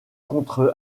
contre